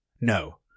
No